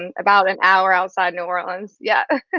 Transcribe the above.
and about an hour outside new orleans, yeah.